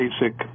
basic